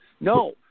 no